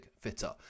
fitter